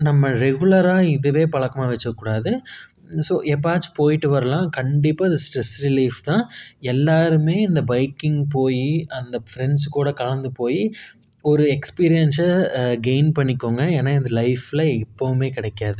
நம்ம ரெகுலராக இதுவே பழக்கமாக வச்சுக்கக்கூடாது ஸோ எப்பவாச்சும் போய்ட்டு வரலாம் கண்டிப்பாக இது ஸ்ட்ரெஸ் ரிலீஃப் தான் எல்லோருமே இந்த பைக்கிங் போய் அந்த ஃபிரெண்ட்ஸ் கூட கலந்து போய் ஒரு எக்ஸ்பீரியன்ஸை கெய்ன் பண்ணிக்கங்க ஏன்னா இது லைஃப்பில் எப்போதுமே கிடைக்காது